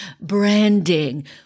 branding